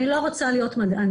אני לא רוצה להיות מדענית.